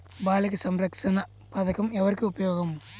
బాలిక సంరక్షణ పథకం ఎవరికి ఉపయోగము?